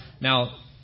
Now